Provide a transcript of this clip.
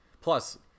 plus